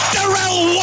Darrell